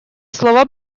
слово